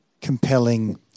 compelling